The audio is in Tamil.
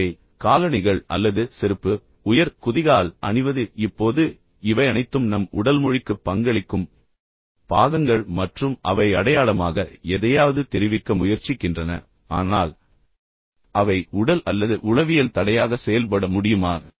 எனவே காலணிகள் அல்லது செருப்பு உயர் குதிகால் அணிவது இப்போது இவை அனைத்தும் நம் உடல் மொழிக்கு பங்களிக்கும் பாகங்கள் மற்றும் அவை அடையாளமாக எதையாவது தெரிவிக்க முயற்சிக்கின்றன ஆனால் அவை உடல் அல்லது உளவியல் தடையாக செயல்பட முடியுமா